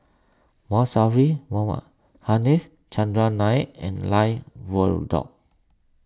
Saffri Manaf Chandran Nair and